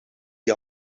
die